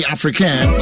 African